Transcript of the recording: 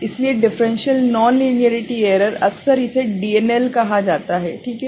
इसलिए differential non linearity error अक्सर इसे DNL कहा जाता है ठीक है